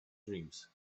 dreams